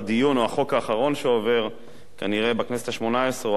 שהדיון או החוק האחרון שעובר כנראה בכנסת השמונה-עשרה הוא